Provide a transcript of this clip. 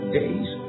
days